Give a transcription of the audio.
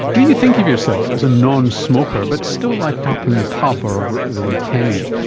do you think of yourself as a non-smoker but still light up in the pub ah over the weekend?